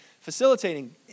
facilitating